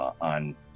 on